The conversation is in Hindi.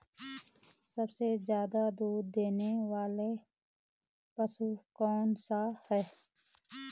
सबसे ज़्यादा दूध देने वाला पशु कौन सा है?